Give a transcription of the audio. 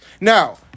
Now